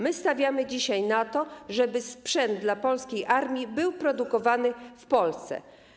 My stawiamy dzisiaj na to, żeby sprzęt dla polskiej armii był produkowany w Polsce.